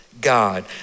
God